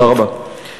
תודה רבה.